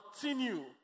continue